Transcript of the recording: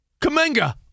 Kamenga